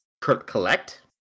Collect